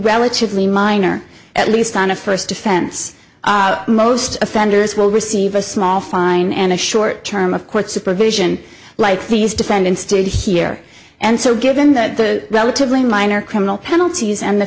relatively minor at least on a first offense most offenders will receive a small fine and a short term of court supervision like these defendants did here and so given that the relatively minor criminal penalties and the